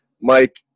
Mike